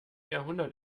jahrhundert